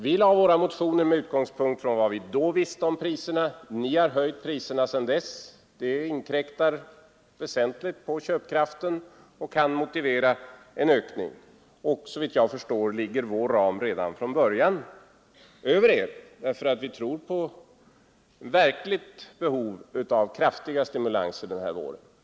Vi framlade våra motioner med utgångspunkt i vad vi då visste om priserna, men ni har höjt priserna sedan dess. Det inkräktar väsentligt på köpkraften och kan motivera en ökning, och såvitt jag förstår ligger vår ram redan från början över er därför att vi tror på ett verkligt behov av kraftiga stimulanser den här våren.